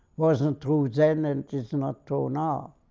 wasn't true then and is not true now.